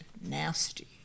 nasty